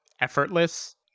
effortless